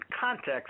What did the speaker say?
context